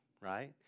right